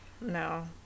No